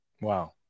Wow